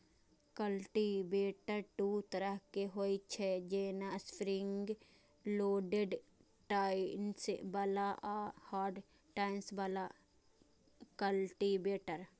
cultivator दू तरहक होइ छै, जेना स्प्रिंग लोडेड टाइन्स बला आ हार्ड टाइन बला कल्टीवेटर